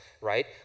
right